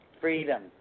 Freedom